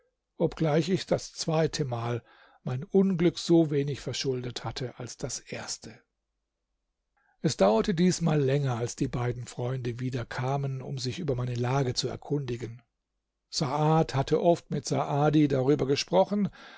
obgleich ich das zweite mal mein unglück so wenig verschuldet hatte als das erste es dauerte diesmal länger bis die beiden freunde wieder kamen um sich über meine lage zu erkundigen saad hatte oft mit saadi darüber gesprochen